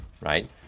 right